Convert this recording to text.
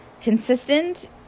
consistent